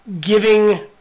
giving